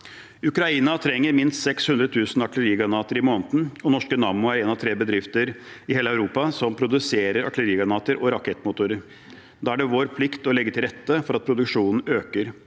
Ukraina trenger minst 600 000 artillerigranater i måneden, og norske Nammo er en av tre bedrifter i hele Europa som produserer artillerigranater og rakettmotorer. Da er det vår plikt å legge til rette for at produksjonen øker.